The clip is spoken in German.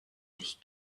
dich